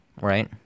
right